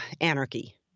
anarchy